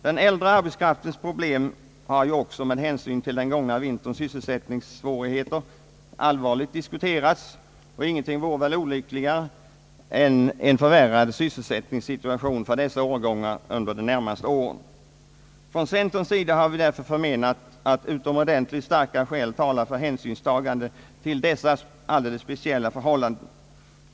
Den äldre arbetskraftens problem har också med hänsyn till den gångna vinterns sysselsättningssvårigheter allvarligt diskuterats, och ingenting vore väl mera olyckligt än en förvärrad sysselsättningssituation för dessa årgångar under de närmaste åren. Från centerns sida har vi därför ansett att utomordentligt starka skäl talar för hänsynstagande till dessa alldeles speciella förhållanden.